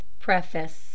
Preface